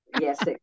yes